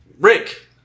Rick